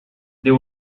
they